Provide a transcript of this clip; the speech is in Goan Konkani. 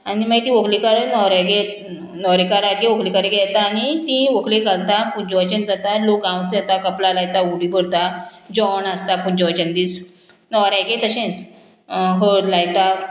आनी मागीर ती व्हंकलीकार न्होऱ्यागे न्होवऱ्याकार व्हंकलेकारे येता आनी तीं व्हंकली घालता पुंजवचन जाता लोक गांवचो येता कपला लायता उंटी भरता जेवण आसता पुंजवचन दीस न्हवऱ्यागे तशेंच हळद लायता